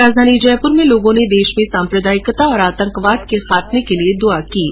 राजधानी जयपुर में लोगों ने देश में सांप्रदायिकता और आतंकवाद के खातमे के लिए दुआ मांगी